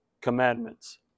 commandments